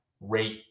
rate